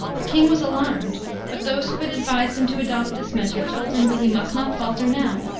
the king was alarmed but those who had advised him to adopt this measure told him that he must not falter now.